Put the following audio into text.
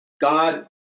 God